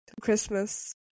Christmas